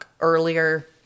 earlier